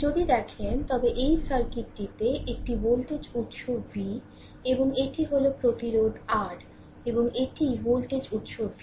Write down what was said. যদি দেখেন তবে এই সার্কিটটিতে এটি ভোল্টেজ উৎস v এবং এটি হল প্রতিরোধ R এবং এটি ভোল্টেজ উৎস v